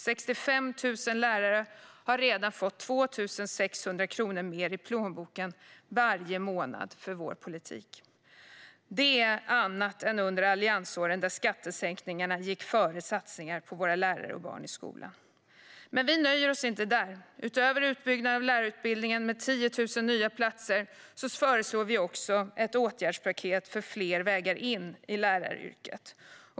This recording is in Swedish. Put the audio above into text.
65 000 lärare har redan fått 2 600 kronor mer i plånboken varje månad med vår politik. Det är annat än under alliansåren, då skattesänkningarna gick före satsningar på våra lärare och barn i skolan. Men vi nöjer oss inte med det. Utöver utbyggnaden av lärarutbildningarna med 10 000 nya platser föreslår vi ett åtgärdspaket för fler vägar in i läraryrket.